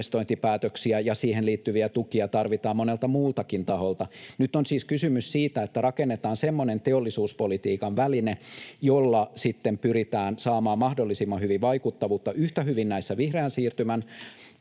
ja niihin liittyviä tukia tarvitaan monelta muultakin taholta. Nyt on kysymys siitä, että rakennetaan semmoinen teollisuuspolitiikan väline, jolla pyritään saamaan mahdollisimman hyvin vaikuttavuutta yhtä hyvin näissä vihreän siirtymän